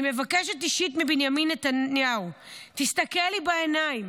אני מבקשת אישית מבנימין נתניהו: תסתכל לי בעיניים,